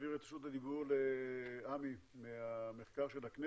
להעביר את רשות הדיבור לעמי ממרכז המחקר של הכנסת.